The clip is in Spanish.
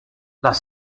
las